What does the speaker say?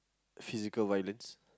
physical violence